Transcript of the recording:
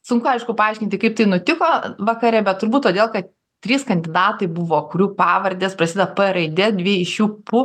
sunku aišku paaiškinti kaip tai nutiko vakare bet turbūt todėl kad trys kandidatai buvo kurių pavardės prasideda p raide dvi iš šių pu